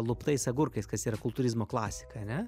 luptais agurkais kas yra kultūrizmo klasika ane